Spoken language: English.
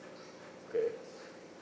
okay